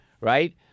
right